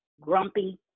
grumpy